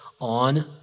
on